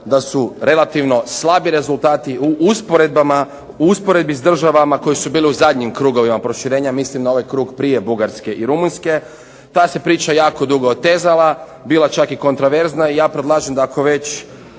da su relativno slabi rezultati u usporedbi sa državama koje su bile u zadnjim krugovima proširenja. Mislim na ovaj krug prije Bugarske i Rumunjske. Ta se priča jako dugo otezala, bila čak i kontraverzna. I ja predlažem da ako već,